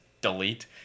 Delete